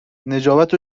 نجابت